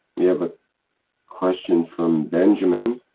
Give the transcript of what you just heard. we have a question from benjamin,